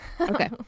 Okay